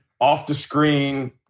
off-the-screen